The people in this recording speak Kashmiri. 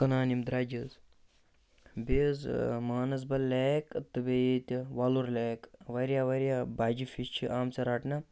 کٕنان یِم درٛوجہِ حظ بیٚیہِ حظ مانَسبَل لیک تہٕ بیٚیہِ ییٚتہِ وَلُر لیک واریاہ واریاہ بَجہِ فِش چھِ آمژٕ رَٹنہٕ